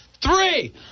three